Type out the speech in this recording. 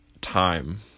time